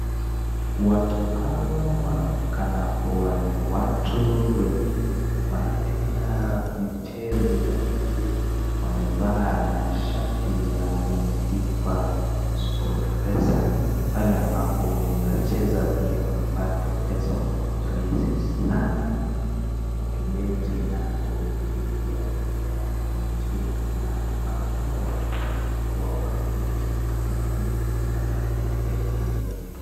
Watu hawa wanaonekana kuwa ni watu wanapenda michezo kwa ajili wamevaa mashati yameandikwa sportpesa pale ambapo unaweza cheza na upate pesa kwa urahisi sana ukibeti na ukiekelea pesa yako kwenye timu fulani. watu hawa wanaonekana kuwa watu wengi kwa sababu wanatafuta pesa kwa njia hii,